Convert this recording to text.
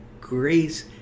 grace